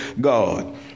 God